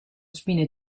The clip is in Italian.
spine